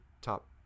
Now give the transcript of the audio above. top